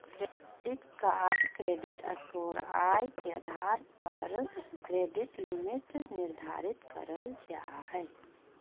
credit card credit score, आय के आधार पर क्रेडिट लिमिट निर्धारित कयल जा हइ